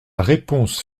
réponse